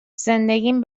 زندگیم